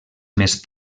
més